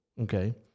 okay